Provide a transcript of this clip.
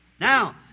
Now